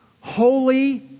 holy